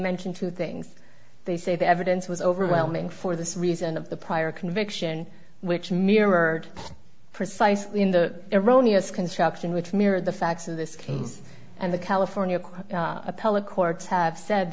mention two things they say the evidence was overwhelming for this reason of the prior conviction which mirrored precisely in the erroneous construction which mirrored the facts of this case and the california